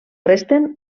resten